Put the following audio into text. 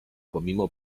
pomimo